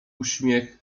uśmiech